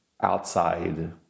outside